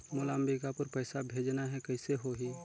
मोला अम्बिकापुर पइसा भेजना है, कइसे होही?